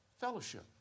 fellowship